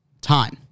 time